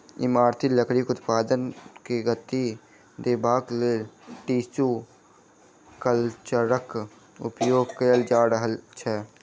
इमारती लकड़ीक उत्पादन के गति देबाक लेल टिसू कल्चरक उपयोग कएल जा रहल छै